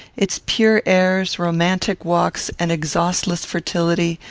its pure airs, romantic walks, and exhaustless fertility,